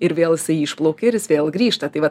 ir vėl jisai išplaukia ir jis vėl grįžta tai va